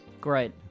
Great